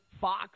Fox